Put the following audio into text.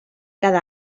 cada